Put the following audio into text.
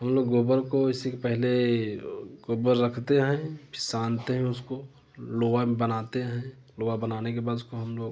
हम लोग गोबर को ऐसी पहले गोबर रखते हैं फिर सानते हैं उसको लोआ बनाते हैं लोआ बनाने के बाद उसको हम लोग